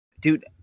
dude